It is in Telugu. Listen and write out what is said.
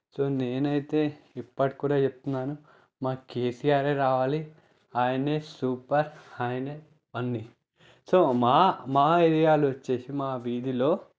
సో నేను అయితే ఇప్పటికి కూడా చెప్తున్నాను మా కేసీఆర్ రావాలి ఆయన సూపర్ ఆయనే అన్నీ సో మా మా ఏరియాలో వచ్చి మా వీధిలో